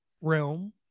realm